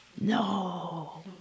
No